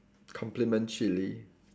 complement chili